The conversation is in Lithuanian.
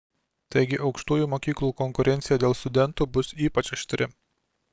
taigi aukštųjų mokyklų konkurencija dėl studentų bus ypač aštri